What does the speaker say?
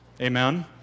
Amen